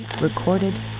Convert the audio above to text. recorded